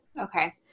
okay